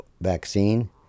vaccine